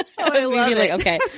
okay